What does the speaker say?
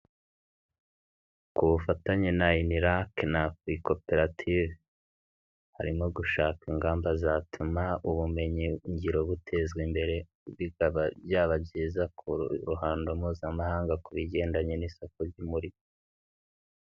Kubufatanye na Inirake na Afurikoperative. Harimo gushaka ingamba zatuma ubumenyigiro butezwa imbere bikaba byaba byiza ku ruhando mpuzamahanga ku bigendanye n'isoko ry'umurimo.